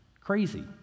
Crazy